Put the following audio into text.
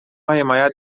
حمایت